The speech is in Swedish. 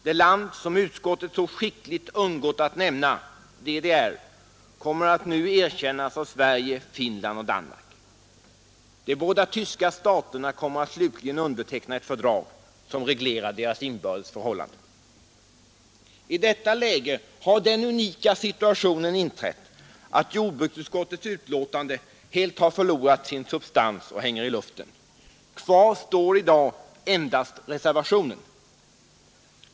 Det land som utskottet så skickligt undgått att nämna, DDR, skall nu erkännas av Sverige, Finland och Danmark. De båda tyska staterna kommer att slutligen underteckna ett fördrag som reglerar deras inbördes förhållanden. I detta läge har den unika situationen inträtt att jordbruksutskottets betänkande helt har förlorat sin substans och hänger i luften. Kvar står i dag endast reservationen.